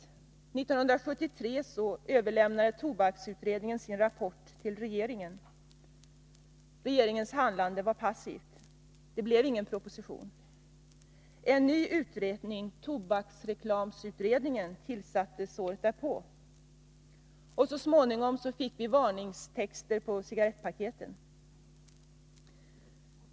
1973 överlämnade tobaksutredningen sin rapport till regeringen. Dess handlande var passivt. Det blev ingen proposition. En ny utredning, tobaksreklamsutredningen, tillsattes året därpå. Så småningom fick vi varningstexter på cigarettpaketen.